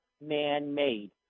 man-made